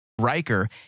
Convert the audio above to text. Riker